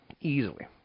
Easily